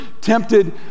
tempted